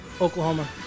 Oklahoma